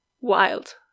wild